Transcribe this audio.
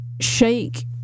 shake